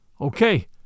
Okay